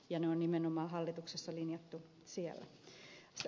ne on nimenomaan hallituksessa linjattu siellä